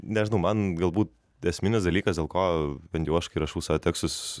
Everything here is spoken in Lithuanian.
nežinau man galbūt esminis dalykas dėl ko bent jau aš kai rašau savo tekstus